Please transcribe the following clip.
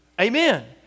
Amen